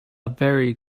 very